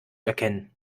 erkennen